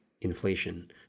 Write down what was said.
inflation